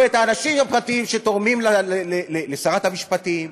האנשים הפרטיים שתורמים לשרת המשפטים,